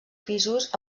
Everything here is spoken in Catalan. pisos